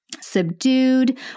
Subdued